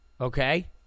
okay